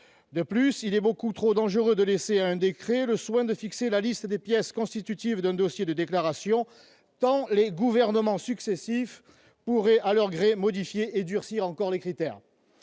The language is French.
De plus, il est beaucoup trop dangereux de laisser à un décret le soin de fixer la liste des pièces constitutives d'un dossier de déclaration, tant les gouvernements successifs pourraient, à leur gré, modifier et durcir encore les critères.